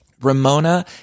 Ramona